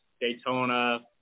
Daytona